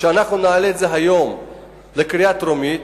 שנעלה את זה היום לקריאה טרומית,